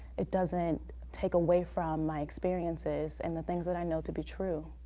it doesn't take away from my experiences and the things that i know to be true.